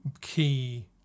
key